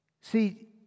See